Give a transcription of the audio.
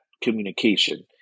communication